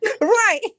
right